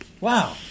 Wow